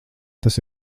tas